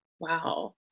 Wow